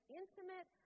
intimate